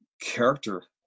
character